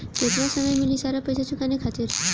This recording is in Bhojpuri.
केतना समय मिली सारा पेईसा चुकाने खातिर?